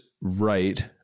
right